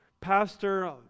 pastor